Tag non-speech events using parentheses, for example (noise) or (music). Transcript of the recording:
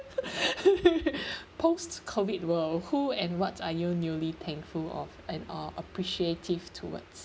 (laughs) (breath) post-COVID world who and what are you newly thankful of and are appreciative towards